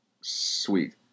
Sweet